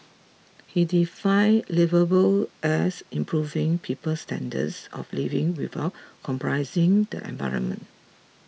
he define liveable as improving people's standards of living without compromising the environment